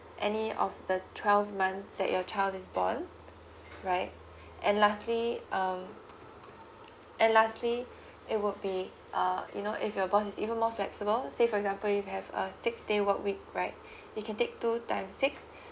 any of the twelve months that your child is born right and lastly um and lastly it would be uh you know if your boss is even more flexible say for example if you have a six day work week right you can take two time six